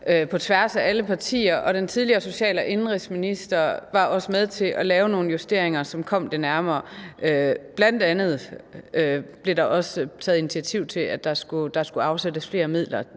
på tværs af alle partier, og den tidligere indenrigsminister var også med til at lave nogle justeringer, som kom den nærmere. Der blev bl.a. taget initiativ til, at der skulle afsættes flere midler.